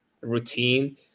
routine